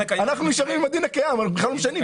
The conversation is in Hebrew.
אנחנו נשארים עם הדין הקיים, אנחנו בכלל לא משנים.